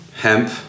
hemp